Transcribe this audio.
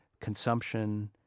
consumption